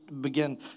begin